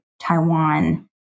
Taiwan